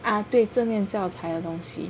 ah 对正面教材的东西